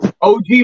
OG